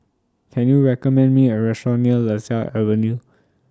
Can YOU recommend Me A Restaurant near Lasia Avenue